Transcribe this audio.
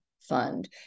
Fund